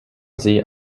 sie